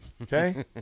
Okay